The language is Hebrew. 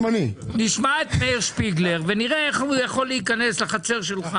נשמע את מאיר שפיגלר ונראה איך הוא יכול להיכנס לחצר שלך,